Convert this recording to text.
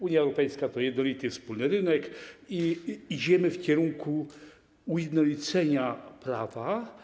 Unia Europejska oznacza jednolity wspólny rynek i zmierzamy w kierunku ujednolicenia prawa.